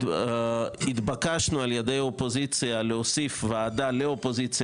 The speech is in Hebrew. התבקשנו על ידי האופוזיציה להוסיף ועדה לאופוזיציה